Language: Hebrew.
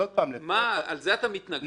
לזה אתה מתנגד?